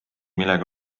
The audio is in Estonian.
millega